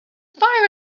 fire